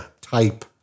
type